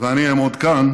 ואני אעמוד כאן,